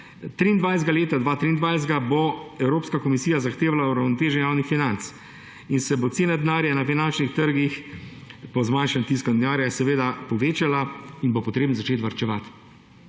zakaj. Leta 2023 bo Evropska komisija zahtevala uravnoteženje javnih financ. In se bo cena denarja na finančnih trgih pa z manjšim tiskom denarja seveda povečala in bo treba začeti varčevati.